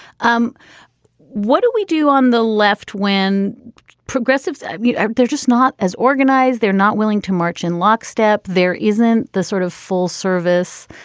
um what do we do on the left when progressive? i mean, they're just not as organized. they're not willing to march in lockstep. there isn't the sort of full service,